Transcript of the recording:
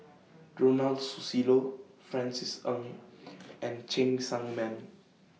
Ronald Susilo Francis Ng and Cheng Tsang Man